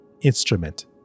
instrument